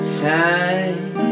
time